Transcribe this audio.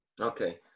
Okay